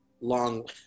long